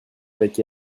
avec